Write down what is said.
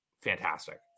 fantastic